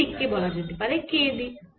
এই দিক কে বলা যাক k দিক